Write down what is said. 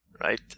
Right